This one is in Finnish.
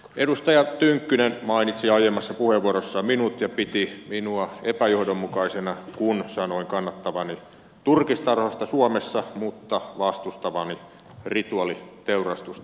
edustaja tynkkynen mainitsi aiemmassa puheenvuorossaan minut ja piti minua epäjohdonmukaisena kun sanoin kannattavani turkistarhausta suomessa mutta vastustavani rituaaliteurastusta